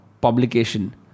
publication